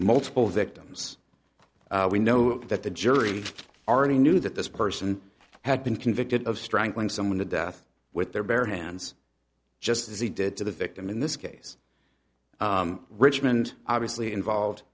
multiple victims we know that the jury already knew that this person had been convicted of strangling someone to death with their bare hands just as he did to the victim in this case richmond obviously involved